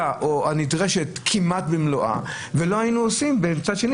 או הנדרשת כמעט במלואה ולא היינו עושים מצד שני